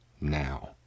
now